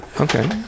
okay